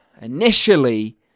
initially